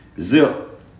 zip